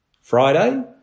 Friday